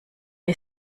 die